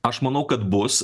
aš manau kad bus